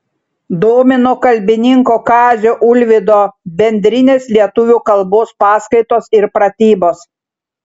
domino kalbininko kazio ulvydo bendrinės lietuvių kalbos paskaitos ir pratybos